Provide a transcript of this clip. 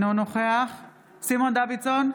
אינו נוכח סימון דוידסון,